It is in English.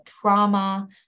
trauma